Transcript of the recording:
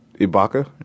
Ibaka